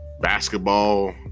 basketball